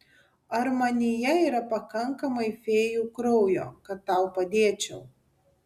ar manyje yra pakankamai fėjų kraujo kad tau padėčiau